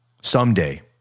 someday